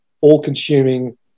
all-consuming